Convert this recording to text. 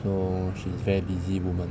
so she's very busy woman